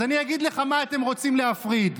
אז אני אגיד לך מה אתם רוצים להפריד,